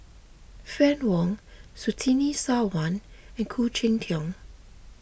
Fann Wong Surtini Sarwan and Khoo Cheng Tiong